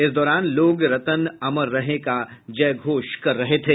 इस दौरान लोग रतन अमर रहे का जय घोष कर रहे थे